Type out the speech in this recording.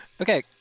Okay